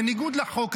בניגוד לחוק,